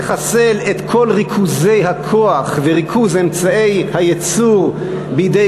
נחסל את כל ריכוזי הכוח וריכוז אמצעי הייצור בידי